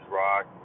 rock